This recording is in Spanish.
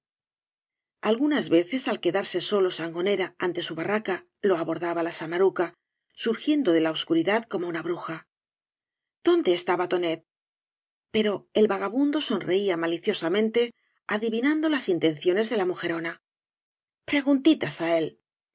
algunas veces al quedarse s lo sangonera ante su barraca lo abordaba la samaruca surgiendo de la obscuridad como una bruja dónde estaba tonet pero el vagabundo sonreía maliciosamente adivinando las intenciones de la mujoroña preguntitas á él